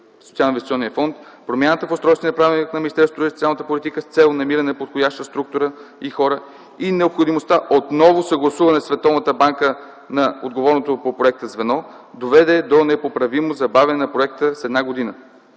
Социално-инвестиционния фонд, промяната в устройствения правилник на Министерството на труда и социалната политика с цел намиране на подходяща структура и хора и необходимостта от ново съгласуване на Световната банка с отговорното по проекта звено, доведе до непоправимо забавяне на проекта с една година.